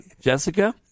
Jessica